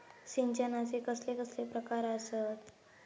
सिंचनाचे कसले कसले प्रकार आसत?